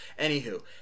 Anywho